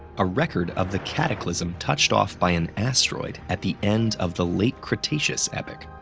a record of the cataclysm touched off by an asteroid at the end of the late cretaceous epoch.